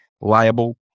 liable